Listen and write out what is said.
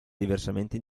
diversamente